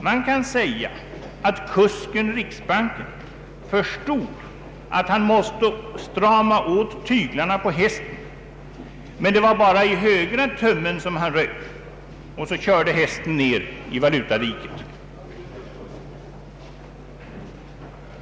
Man kan säga att kusken-riksbanken förstod att han måste strama åt tyglarna på hästen; men det var bara i högra tömmen han drog, och så körde han hästen ner i valutadiket.